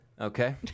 Okay